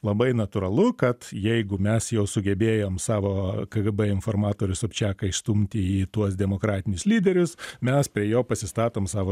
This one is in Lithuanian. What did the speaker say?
labai natūralu kad jeigu mes jau sugebėjom savo kgb informatorius sobčiaką įstumti į tuos demokratinius lyderius mes prie jo pasistatom savo